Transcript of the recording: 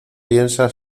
piensa